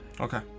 Okay